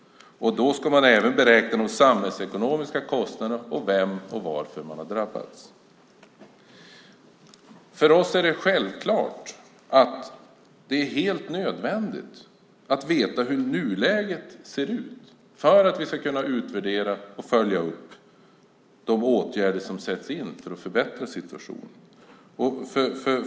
Då ska man även beräkna de samhällsekonomiska kostnaderna, vem som har drabbats och varför. För oss är det självklart att det är helt nödvändigt att veta hur nuläget ser ut för att vi ska kunna utvärdera och följa upp de åtgärder som sätts in för att förbättra situationen.